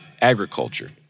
agriculture